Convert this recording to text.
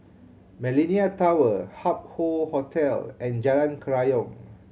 Millenia Tower Hup Hoe Hotel and Jalan Kerayong